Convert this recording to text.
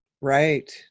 right